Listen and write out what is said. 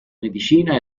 medicina